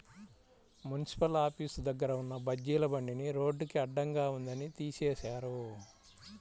municipal office దగ్గర ఉన్న బజ్జీల బండిని రోడ్డుకి అడ్డంగా ఉందని తీసేశారు